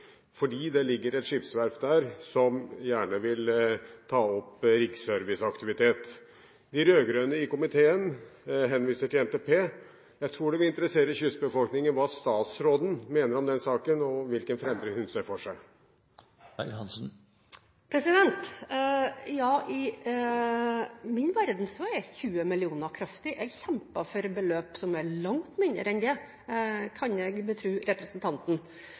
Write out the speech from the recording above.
fordi det ligger et skipsverft der som gjerne vil ta opp riksservice-aktivitet. De rød-grønne i komiteen henviser til NTP. Jeg tror det vil interessere kystbefolkningen hva statsråden mener om den saken. Hvilken framdrift ser hun for seg? I min verden er 20 mill. kr kraftig. Jeg kjemper for beløp som er langt mindre enn det, kan jeg betro representanten.